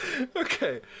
Okay